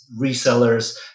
resellers